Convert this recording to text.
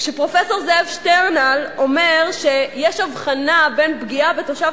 כשפרופסור זאב שטרנהל אומר שיש הבחנה בין פגיעה בתושב